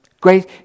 Great